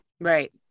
Right